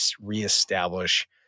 reestablish